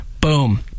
Boom